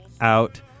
out